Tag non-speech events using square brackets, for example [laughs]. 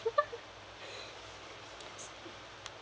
[laughs]